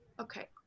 Okay